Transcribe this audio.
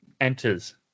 enters